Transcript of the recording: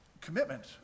commitment